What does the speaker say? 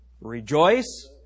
Rejoice